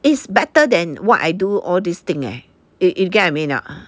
it's better than what I do all these thing eh you you get what I mean or not